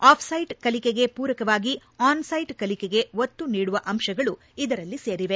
of ಸ್ವೆಟ್ಕಲಿಕೆಗೆ ಪೂರಕವಾಗಿ on ಸ್ವೆಟ್ ಕಲಿಕೆಗೆ ಒತ್ತು ನೀಡುವ ಅಂಶಗಳು ಇದರಲ್ಲಿ ಸೇರಿವೆ